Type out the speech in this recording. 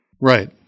Right